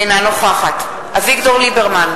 אינה נוכחת אביגדור ליברמן,